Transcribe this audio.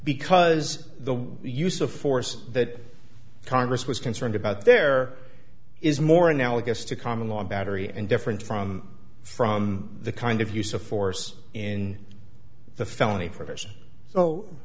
because the use of force that congress was concerned about there is more analogous to common law battery and different from from the kind of use of force in the felony for theirs so